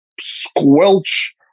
squelch